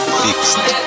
fixed